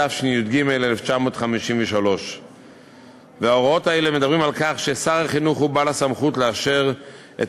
התשי"ג 1953. ההוראות האלה אומרות ששר החינוך הוא בעל הסמכות לאשר את